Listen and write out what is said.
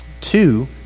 Two